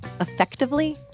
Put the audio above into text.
effectively